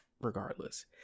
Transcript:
regardless